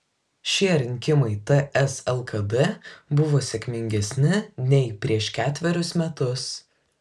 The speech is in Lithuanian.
šie rinkimai ts lkd buvo sėkmingesni nei prieš ketverius metus